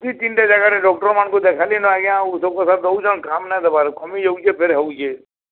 ଦୁଇ ତିନ୍ ଟା ଜାଗାରେ ଡ଼କ୍ଟର୍ ମାନ୍ଙ୍କୁ ଦେଖାଲିନ ଆଜ୍ଞା ଉଷୋକଷା ଦେଉଛନ୍ କାମ୍ ନାଇ ଦେବାର୍ କମି ଯାଉଛେ ଫେର୍ ହେଉଛେ